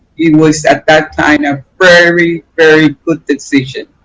it was at that time a very, very good decision.